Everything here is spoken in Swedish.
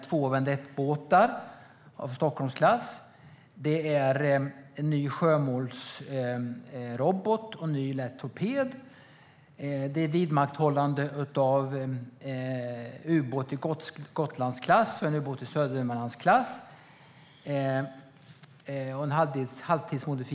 Två vedettbåtar av Stockholmsklass, en ny sjömålsrobot och en ny lätt torped ska anskaffas. Det handlar om vidmakthållande av och en halvtidsmodifiering av ubåt i Gotlandsklass och ubåt av Södermanlandsklass.